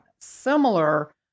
similar